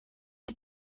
der